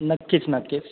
नक्कीच नक्कीच